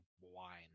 wine